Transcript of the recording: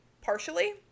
partially